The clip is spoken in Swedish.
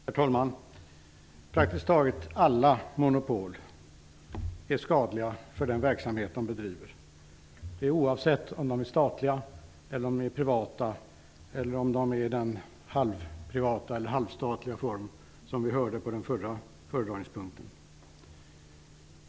Herr talman! Praktiskt taget alla monopol är skadliga för den verksamhet de bedriver, oavsett om de är statliga eller privata, i halvprivat eller halvstatlig form, som vi hörde talas om under den förra föredragningspunkten.